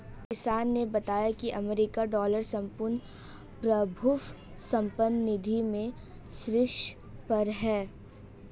किशन ने बताया की अमेरिकी डॉलर संपूर्ण प्रभुत्व संपन्न निधि में शीर्ष पर है